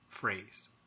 phrase